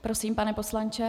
Prosím, pane poslanče.